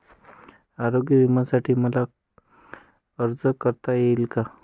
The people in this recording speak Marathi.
आरोग्य विम्यासाठी मला अर्ज करता येईल का?